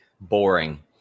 boring